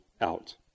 out